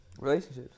Relationships